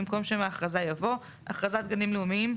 במקום שם האכרזה יבוא: "אכרזת גנים לאומיים,